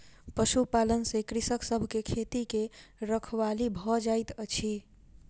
पशुपालन से कृषक सभ के खेती के रखवाली भ जाइत अछि